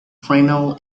criminal